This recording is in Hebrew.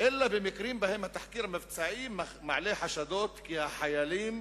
אלא במקרים שבהם התחקיר המבצעי מעלה חשדות כי החיילים